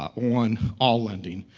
on all lending,